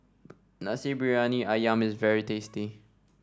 Nasi Briyani ayam is very tasty